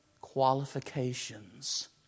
qualifications